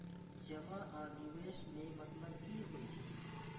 जमा आ निवेश में मतलब कि होई छै?